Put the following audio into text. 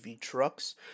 trucks